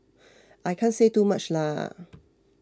I can't say too much lah